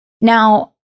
Now